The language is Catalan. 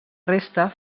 resta